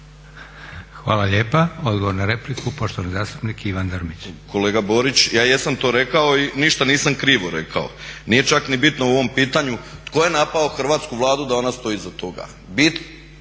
Hvala lijepa. Odgovor na repliku, poštovani zastupnik Ivan Drmić. **Drmić, Ivan (HDSSB)** Kolega Borić, ja jesam to rekao i ništa nisam krivo rekao. Nije čak ni bitno u ovom pitanju tko je napao hrvatsku Vladu da ona stoji iza toga.